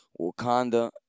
Wakanda